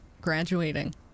graduating